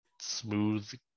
smooth